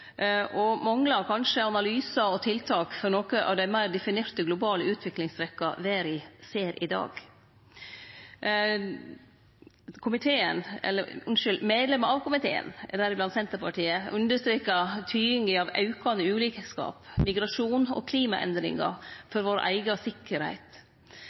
og manglar kanskje ein analyse av tiltak for nokre av dei meir definerte globale utviklingstrekka verda ser i dag. Medlemar av komiteen, deriblant frå Senterpartiet, understrekar betydninga av aukande ulikskap, migrasjon og klimaendringar for vår eiga sikkerheit.